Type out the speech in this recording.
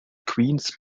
queens